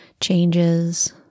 changes